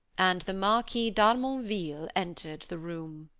and the marquis d'harmonville entered the room.